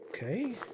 Okay